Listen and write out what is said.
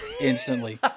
instantly